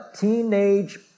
teenage